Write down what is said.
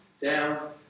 down